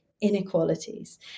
inequalities